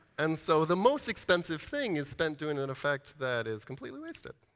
and so the most expensive thing is spent doing an effect that is completely wasted.